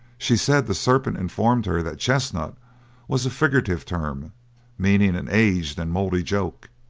she said the serpent informed her that chestnut was a figurative term meaning an aged and moldy joke.